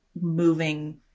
moving